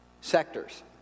sectors